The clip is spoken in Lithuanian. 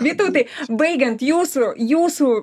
vytautai baigiant jūsų jūsų